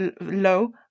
low